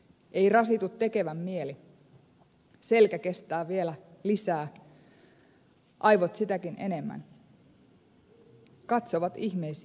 ei rasitu tekevän mieli selkä kestää vielä lisää aivot sitäkin enemmän katsovat ihmeisiin pystyvän